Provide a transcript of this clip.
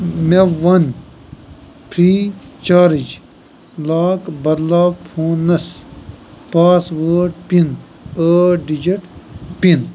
مےٚ وَن free charge lock بدلاو فونس پاس وٲڈ پِن ٲٹھ ڈِجِٹ پِن